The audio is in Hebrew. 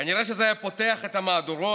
כנראה זה היה פותח את המהדורות,